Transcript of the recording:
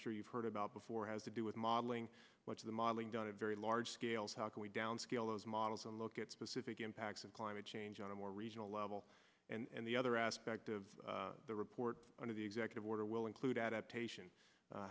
sure you've heard about before has to do with modeling what's the modeling done a very large scales how can we downscale those models and look at specific impacts of climate change on a more regional level and the other aspect of the report of the executive order will include adaptation